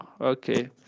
okay